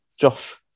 Josh